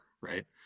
right